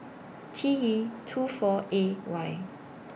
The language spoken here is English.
T E two four A Y